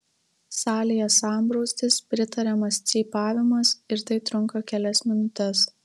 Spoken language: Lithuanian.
salėje sambrūzdis pritariamas cypavimas ir tai trunka kelias minutes